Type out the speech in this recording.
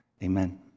Amen